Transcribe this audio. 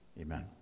Amen